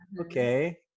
Okay